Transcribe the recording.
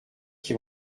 qui